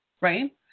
right